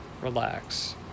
relax